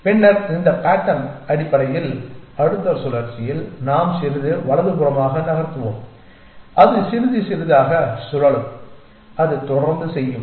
பின்னர் இந்த பேட்டர்ன் அடிப்படையில் அடுத்த சுழற்சியில் நாம் சிறிது வலதுபுறமாக நகர்த்துவோம் அது சிறிது சிறிதாக சுழலும் அது தொடர்ந்து செய்யும்